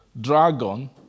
dragon